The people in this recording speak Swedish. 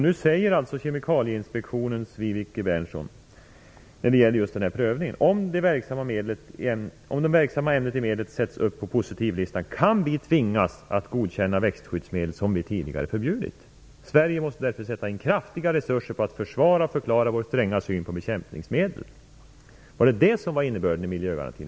Nu säger Vibeke Bernson på Kemikalieinspektionen att om de verksamma ämnena i medlet sätts upp på positivlistan kan vi tvingas att godkänna växtskyddsmedel som vi tidigare förbjudit. Sverige måste därför sätta in kraftiga resurser för att försvara och förklara vår stränga syn på bekämpningsmedel. Var det detta som var innebörden i miljögarantin?